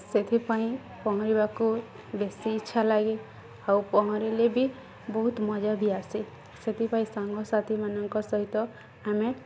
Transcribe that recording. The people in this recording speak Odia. ସେଥିପାଇଁ ପହଁରିବାକୁ ବେଶୀ ଇଚ୍ଛା ଲାଗେ ଆଉ ପହଁରିଲେ ବି ବହୁତ ମଜା ବି ଆସେ ସେଥିପାଇଁ ସାଙ୍ଗସାଥିମାନଙ୍କ ସହିତ ଆମେ